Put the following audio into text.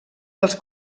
dels